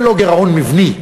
זה לא גירעון מבני,